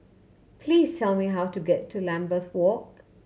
please tell me how to get to Lambeth Walk